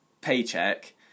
paycheck